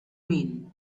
mean